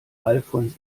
alfons